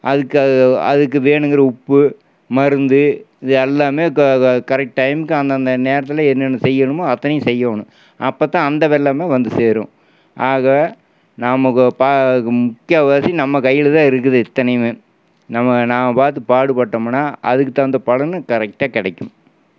அதுக்கு அதுக்கு வேணுங்குகிற உப்பு மருந்து இது எல்லாமே கரெக்ட் டைமுக்கு அந்தந்த நேரத்தில் என்னென்ன செய்யணுமோ அத்தனையும் செய்யணும் அப்போதான் அந்த வெள்ளாமை வந்து சேரும் ஆக நாம முக்காவாசி நம்ம கையிலதான் இருக்குது இத்தனையுமே நம்ம நாம பார்த்து பாடுபட்டம்னா அதுக்கு தகுந்த பலன் கரெக்ட்டாக கிடைக்கும்